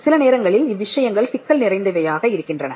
சில நேரங்களில் இவ்விஷயங்கள் சிக்கல் நிறைந்தவையாக இருக்கின்றன